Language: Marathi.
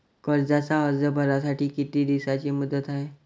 कर्जाचा अर्ज भरासाठी किती दिसाची मुदत हाय?